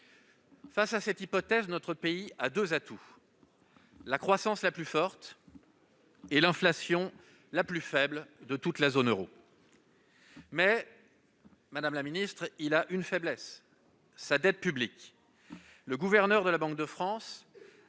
Face à cette hypothèse, notre pays a deux atouts : la croissance la plus forte et l'inflation la plus faible de toute la zone euro. Mais, madame la ministre, il a une faiblesse : sa dette publique. Le gouverneur de la Banque de France